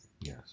Yes